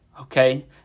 okay